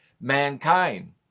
mankind